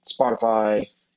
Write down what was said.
Spotify